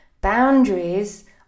boundaries